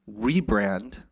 rebrand